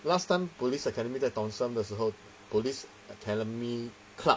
last time police academy 在 thomson 的时候 police academy club